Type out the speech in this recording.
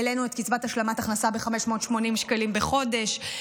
העלינו את קצבת השלמת הכנסה ב-580 שקלים בחודש,